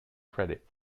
credit